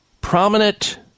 prominent